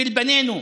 של בנינו,